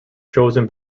chosen